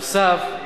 בנוסף,